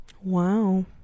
wow